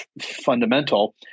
fundamental